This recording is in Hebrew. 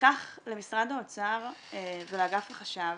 לקח למשרד האוצר ולאגף החשב